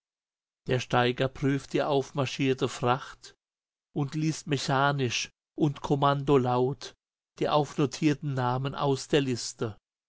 der steiger prüft die aufmarschierte fracht und liest mechanisch und kommandolaut die aufnotierten namen aus der liste